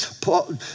Paul